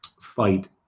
fight